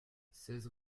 seize